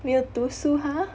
没有读书 ha